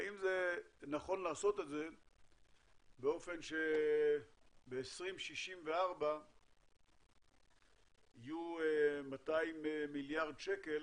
האם נכון לעשות את זה באופן שב-2064 יהיו 200 מיליארד שקל